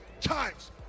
times